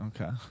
Okay